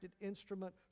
instrument